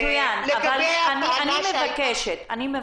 עם כל הכבוד, אני לא